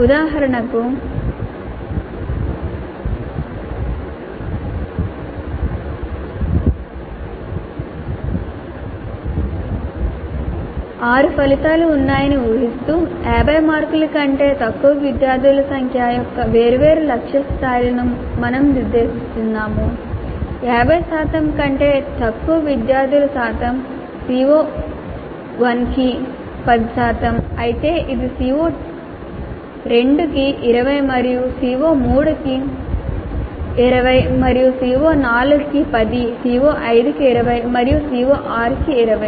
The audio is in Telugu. ఉదాహరణకు 50 శాతం కంటే తక్కువ విద్యార్ధుల శాతం CO1 కి 10 శాతం అయితే ఇది CO2 కి 20 మరియు CO3 కి 20 మరియు CO4 కి 10 CO5 కి 20 మరియు CO6 కి 20